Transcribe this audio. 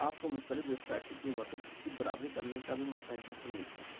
آپ کو مختلف ویب سائٹ کی قیمتوں کی برابری کرنے کا بھی موقع یہاں پر ملتا ہے